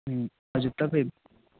हजुर तपाईँ